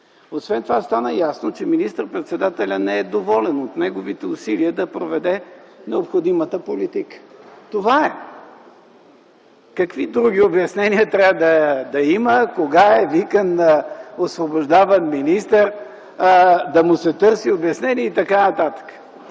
Освен това стана ясно, че министър - председателят не е доволен от неговите усилия да проведе необходимата политика. Това е! Какви други обяснения трябва да има – кога е викан и освобождаван министър, да му се търси обяснение и т.н.?!